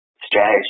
strategy